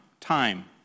Time